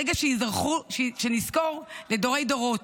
רגע שנזכור לדורי-דורות,